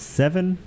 seven